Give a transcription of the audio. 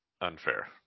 unfair